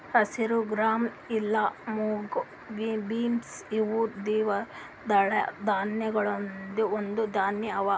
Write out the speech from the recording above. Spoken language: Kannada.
ಹಸಿರು ಗ್ರಾಂ ಇಲಾ ಮುಂಗ್ ಬೀನ್ಸ್ ಇವು ದ್ವಿದಳ ಧಾನ್ಯಗೊಳ್ದಾಂದ್ ಒಂದು ಧಾನ್ಯ ಅವಾ